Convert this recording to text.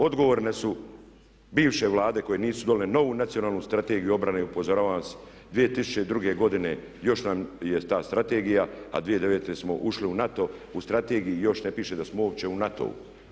Odgovorne su bivše vlade koje nisu donijele novu Nacionalnu strategiju obrane i upozoravam vas 2002. godine još nam je ta strategija, a 2009. smo ušli u NATO, u strategiji još ne piše da smo uopće da smo u NATO-u.